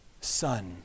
Son